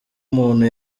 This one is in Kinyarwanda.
umuntu